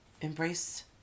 embrace